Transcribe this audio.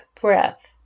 breath